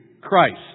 Christ